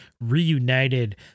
reunited